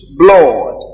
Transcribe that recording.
blood